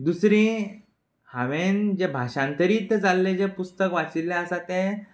दुसरी हांवेन जें भाशांतरीत जाल्लें जें पुस्तक वाचिल्लें आसा तें